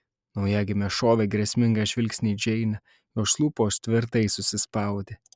naujagimė šovė grėsmingą žvilgsnį į džeinę jos lūpos tvirtai susispaudė